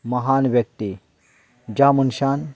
म्हान व्यक्ती ज्या मनशान